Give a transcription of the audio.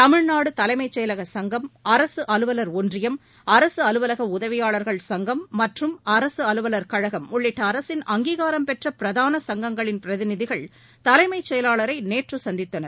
தமிழ்நாடு தலைமைச் செயலக சங்கம் அரசு அலுவலர் ஒன்றியம் அரசு அலுவலக உதவியாளர்கள் சங்கம் மற்றும் அரசு அலுவலர் கழகம் உள்ளிட்ட அரசின் அங்கீகாரம் பெற்ற பிரதான சங்கங்களின் பிரதிநிதிகள் தலைமைச் செயலாளரை நேற்று சந்தித்தனர்